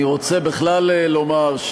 אני רוצה בכלל לומר,